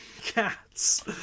cats